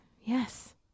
Yes